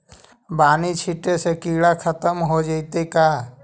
बानि छिटे से किड़ा खत्म हो जितै का?